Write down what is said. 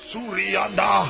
Surianda